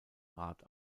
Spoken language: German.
rat